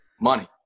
Money